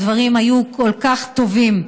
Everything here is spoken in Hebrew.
הדברים היו כל כך טובים.